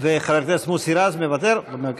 חבר הכנסת מוסי רז, מוותר?